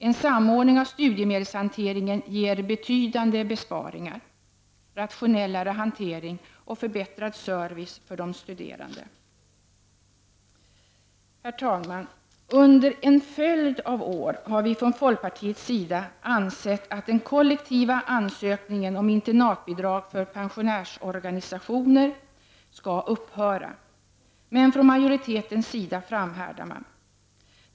En samordning av studiemedelshanteringen ger betydande besparingar, rationellare hantering och förbättrad service för de studerande. Herr talman! Under en följd av år har vi från folkpartiets sida ansett att den kollektiva ansökningen om internatbidrag för pensionärsorganisationer skall upphöra, men majoriteten framhärdar.